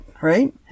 right